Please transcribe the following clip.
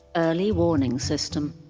early warning system.